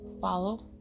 follow